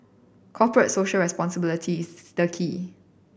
Corporate Social Responsibility is the key